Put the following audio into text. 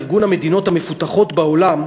ארגון המדינות המפותחות בעולם,